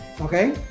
okay